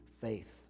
faith